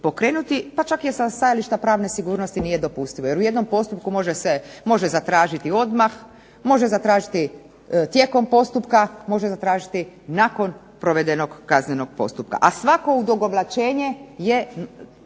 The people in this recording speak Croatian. pa čak sa stajališta pravne sigurnosti nije dopustivo. Jer u jednom postupku može se, može zatražiti odmah, može zatražiti tijekom postupka, može zatražiti nakon provedenog kaznenog postupka. A svako odugovlačenje je